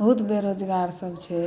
बहुत बेरोजगारसभ छै